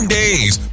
days